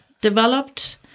developed